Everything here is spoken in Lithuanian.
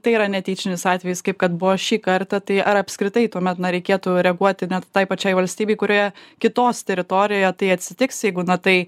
tai yra netyčinis atvejis kaip kad buvo šį kartą tai ar apskritai tuomet na reikėtų reaguoti net tai pačiai valstybei kurioje kitos teritorijoje tai atsitiks jeigu na tai